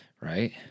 right